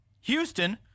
Houston